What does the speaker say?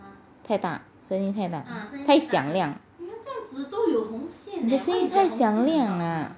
太大声音太大太响亮你的声音太响亮啊